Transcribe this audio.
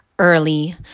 early